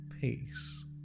peace